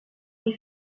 les